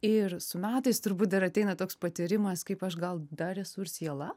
ir su metais turbūt dar ateina toks patyrimas kaip aš gal dar esu ir siela